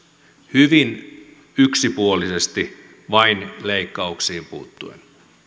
hyvin yksipuolisesti vain leikkauksiin puuttuen